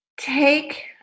take